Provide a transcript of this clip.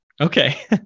Okay